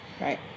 Right